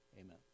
Amen